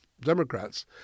Democrats